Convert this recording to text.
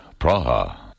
Praha